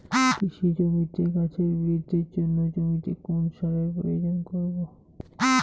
কৃষি জমিতে গাছের বৃদ্ধির জন্য জমিতে কোন সারের প্রয়োজন?